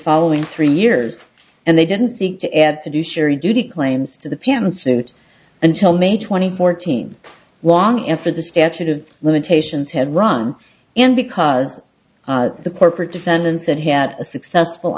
following three years and they didn't seek to add to do sherry duty claims to the pantsuit until may twenty fourth team long after the statute of limitations had run and because the corporate defendants had had a successful